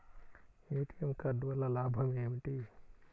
ATM card వల్ల లాభం ఏమిటి?